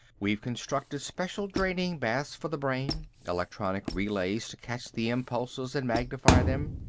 we've constructed special draining baths for the brain, electronic relays to catch the impulses and magnify them,